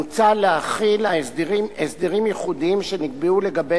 מוצע להחיל הסדרים ייחודיים שנקבעו לגבי